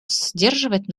сдерживать